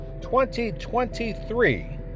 2023